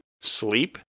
sleep